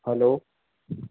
hello